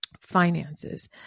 finances